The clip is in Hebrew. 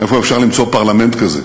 איפה אפשר למצוא פרלמנט כזה,